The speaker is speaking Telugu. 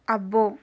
అబ్బో